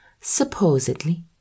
Supposedly